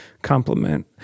compliment